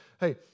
hey